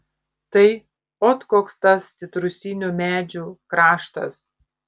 tai ot koks tas citrusinių medžių kraštas